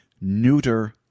neuter